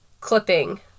clipping